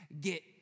Get